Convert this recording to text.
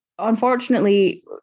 Unfortunately